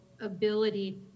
ability